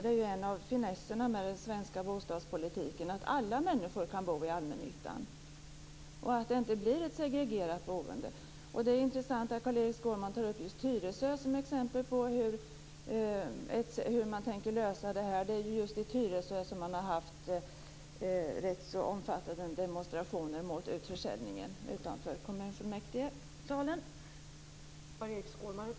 Det är ju en av finesserna med den svenska bostadspolitiken, att alla människor kan bo i allmännyttan så att det inte blir ett segregerat boende. Det är intressant att Carl-Erik Skårman tar upp just Tyresö som ett exempel på hur man kan lösa detta. Det är ju just i Tyresö som det har varit rätt så omfattande demonstrationer utanför kommunfullmäktigesalen mot utförsäljningen.